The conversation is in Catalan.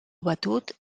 batut